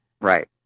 right